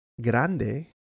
grande